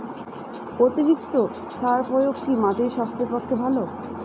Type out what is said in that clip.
অতিরিক্ত সার প্রয়োগ কি মাটির স্বাস্থ্যের পক্ষে ভালো?